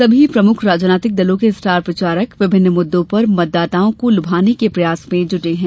सभी प्रमुख राजनैतिक दलों के स्टार प्रचारक विभिन्न मुदुदों पर मतदाताओं को लुभाने के प्रयास में जुटे है